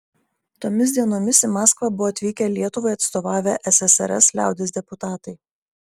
tomis dienomis į maskvą buvo atvykę lietuvai atstovavę ssrs liaudies deputatai